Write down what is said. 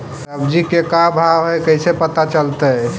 सब्जी के का भाव है कैसे पता चलतै?